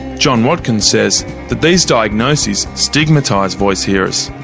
john watkins says that these diagnoses stigmatise voice-hearers.